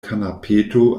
kanapeto